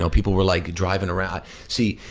so people were like driving around, see,